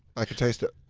i can taste it.